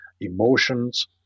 emotions